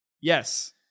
Yes